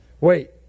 Wait